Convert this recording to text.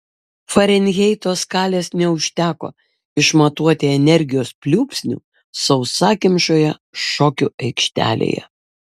farenheito skalės neužteko išmatuoti energijos pliūpsnių sausakimšoje šokių aikštelėje